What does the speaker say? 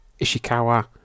Ishikawa